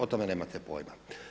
O tome nemate pojma.